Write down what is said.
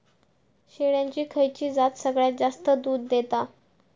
शेळ्यांची खयची जात सगळ्यात जास्त दूध देता?